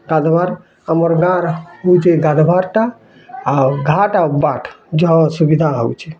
ଗାଧୁଆର୍ ଆମର ଗାଁର ହଉଛେ ଗାଧୁଆର୍ଟା ଆଉ ଘାଟ୍ ଆଉ ବାଟ୍ ଯାହା ଅସୁବିଧା ହଉଛି